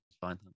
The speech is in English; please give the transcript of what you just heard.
fine